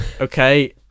Okay